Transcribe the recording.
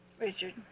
Richard